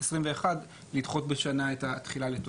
ב-2021 לדחות בשנה את התחילה לתוקף.